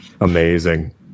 Amazing